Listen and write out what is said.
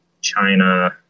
China